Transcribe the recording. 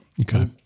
Okay